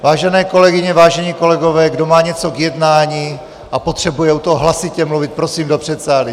Vážené kolegyně, vážení kolegové, kdo má něco k jednání a potřebuje u toho hlasitě mluvit, prosím do předsálí.